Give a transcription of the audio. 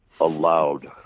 allowed